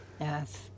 Yes